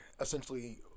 essentially